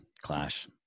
clash